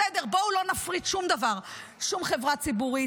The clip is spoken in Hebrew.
בסדר, בואו לא נפריט שום דבר, שום חברה ציבורית.